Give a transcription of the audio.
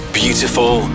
beautiful